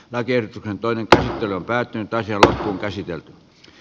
walker toimintahäiriö päätyi toisella käsitelty